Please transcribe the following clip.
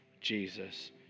Jesus